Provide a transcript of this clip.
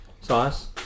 sauce